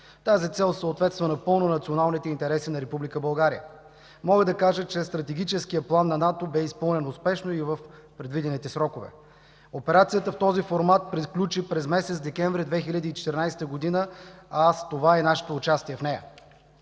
Тази цел съответства напълно на националните интереси на Република България. Мога да кажа, че стратегическият план на НАТО бе изпълнен успешно и в предвидените срокове. Операцията в този формат приключи през месец декември 2014 г., а с това и нашето участие в нея.